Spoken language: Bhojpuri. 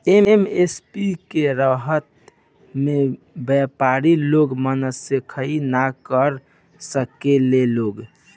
एम.एस.पी के रहता में व्यपारी लोग मनसोखइ ना कर सकेला लोग